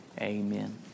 Amen